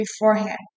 beforehand